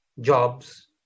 jobs